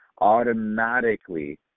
automatically